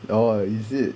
oh is it